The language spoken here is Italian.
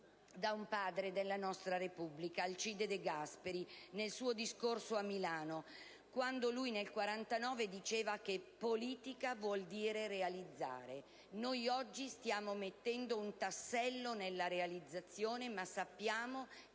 da un padre della nostra Repubblica, Alcide De Gasperi, quando, in un suo discorso a Milano nel 1949, diceva che «politica vuol dire realizzare». Noi oggi stiamo mettendo un tassello nella realizzazione, ma sappiamo che